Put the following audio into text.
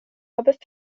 robert